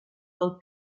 del